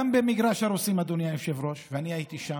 גם במגרש הרוסים, אדוני היושב-ראש, ואני הייתי שם,